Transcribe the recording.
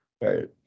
Right